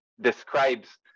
describes